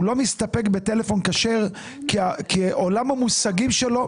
הוא לא מסתפק בטלפון כשר בגלל עולם המושגים שלו.